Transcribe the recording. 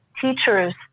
teachers